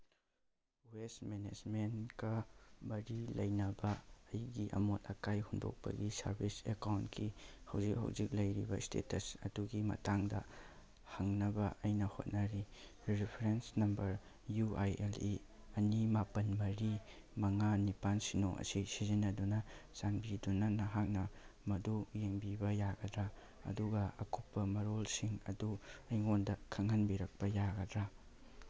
west ꯃꯦꯅꯦꯁꯃꯦꯟꯀ ꯃꯔꯤ ꯂꯩꯅꯕ ꯑꯩꯒꯤ ꯑꯃꯣꯠ ꯑꯀꯥꯏ ꯍꯨꯟꯗꯣꯛꯄꯒꯤ ꯁꯔꯚꯤꯁ ꯑꯦꯀꯥꯎꯟꯀꯤ ꯍꯧꯖꯤꯛ ꯍꯧꯖꯤꯛ ꯂꯩꯔꯤꯕ ꯏꯁꯇꯦꯇꯁ ꯑꯗꯨꯒꯤ ꯃꯇꯥꯡꯗ ꯍꯪꯅꯕ ꯑꯩꯅ ꯍꯣꯠꯅꯔꯤ reference number U I L E ꯑꯅꯤ ꯃꯥꯄꯟ ꯃꯔꯤ ꯃꯉꯥ ꯅꯤꯄꯥꯟ ꯁꯤꯅꯣ ꯑꯁꯤ ꯁꯤꯖꯤꯟꯅꯗꯨꯅ ꯆꯥꯟꯕꯤꯗꯨꯅ ꯅꯍꯥꯛꯅ ꯃꯗꯨ ꯌꯦꯡꯕꯤꯕ ꯌꯥꯒꯗ꯭ꯔꯥ ꯑꯗꯨꯒ ꯑꯀꯨꯞꯄ ꯃꯔꯣꯜꯁꯤꯡ ꯑꯗꯨ ꯑꯩꯉꯣꯟꯗ ꯈꯪꯍꯟꯕꯤꯔꯛꯄ ꯌꯥꯒꯗ꯭ꯔꯥ